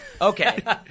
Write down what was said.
Okay